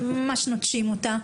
נוטשים אותה,